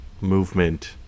movement